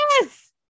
Yes